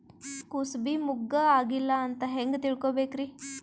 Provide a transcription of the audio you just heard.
ಕೂಸಬಿ ಮುಗ್ಗ ಆಗಿಲ್ಲಾ ಅಂತ ಹೆಂಗ್ ತಿಳಕೋಬೇಕ್ರಿ?